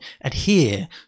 adhere